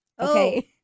Okay